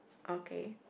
okay